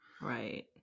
right